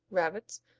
rabbits,